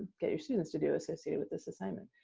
get your students to do, associated with this assignment.